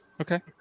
Okay